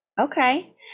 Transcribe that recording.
Okay